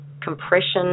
compression